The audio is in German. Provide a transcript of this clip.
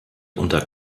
unter